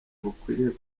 bukwiye